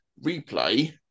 replay